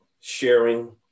sharing